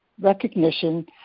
recognition